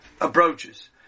approaches